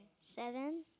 Seven